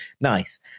Nice